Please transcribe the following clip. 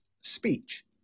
speech